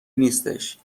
نیستش